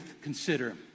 consider